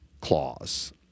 clause